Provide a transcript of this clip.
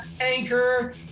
anchor